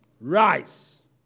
Rise